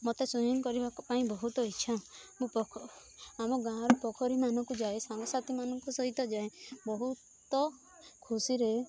ମତେ ସୁଇମିଂ କରିବାକୁ ପାଇଁ ବହୁତ ଇଚ୍ଛା ମୁଁ ପୋ ଆମ ଗାଁର ପୋଖରୀ ମାନଙ୍କୁ ଯାଏ ସାଙ୍ଗସାଥି ମାନଙ୍କ ସହିତ ଯାଏ ବହୁତ ଖୁସିରେ